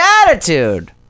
attitude